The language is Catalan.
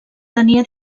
tenia